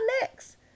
next